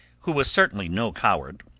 who was certainly no coward,